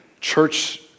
church